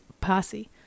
posse